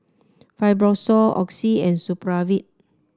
Fibrosol Oxy and Supravit